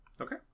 Okay